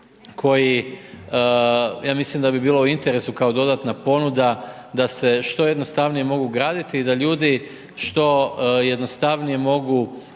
koji ja mislim da bi bilo u interesu kao dodatna ponuda da se što jednostavnije mogu graditi i da ljudi što jednostavnije mogu